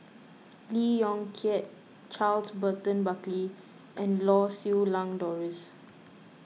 Lee Yong Kiat Charles Burton Buckley and Lau Siew Lang Doris